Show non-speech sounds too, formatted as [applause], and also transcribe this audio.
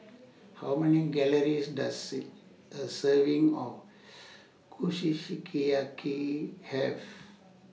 How Many Calories Does IT A Serving of [unintelligible] Have